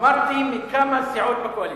אמרתי, מכמה סיעות בקואליציה.